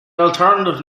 alternative